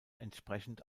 entsprechend